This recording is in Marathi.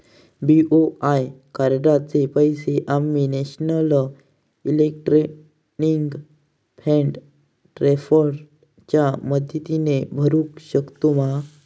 बी.ओ.आय कार्डाचे पैसे आम्ही नेशनल इलेक्ट्रॉनिक फंड ट्रान्स्फर च्या मदतीने भरुक शकतू मा?